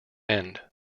end